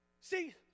see